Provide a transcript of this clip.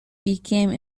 became